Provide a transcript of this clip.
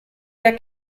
der